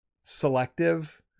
selective